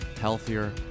healthier